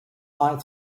might